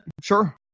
sure